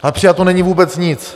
A přijato není vůbec nic.